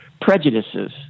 prejudices